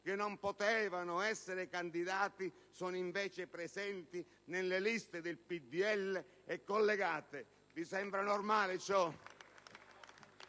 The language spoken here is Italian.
che non potevano essere candidati sono invece presenti nelle liste del PdL e collegate. Vi sembra normale ciò?